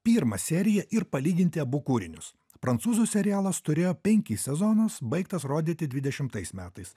pirmą seriją ir palyginti abu kūrinius prancūzų serialas turėjo penkis sezonus baigtas rodyti dvidešimais metais